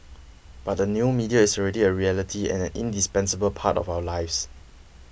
but the new media is already a reality and an indispensable part of our lives